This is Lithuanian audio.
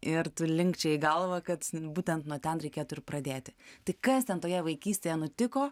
ir tu linkčioji galvą kad būtent nuo ten reikėtų ir pradėti tai kas ten toje vaikystėje nutiko